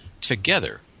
together